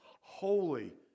Holy